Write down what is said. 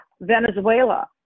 venezuela